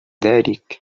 ذلك